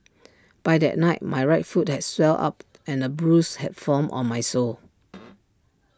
by that night my right foot had swelled up and A bruise had formed on my sole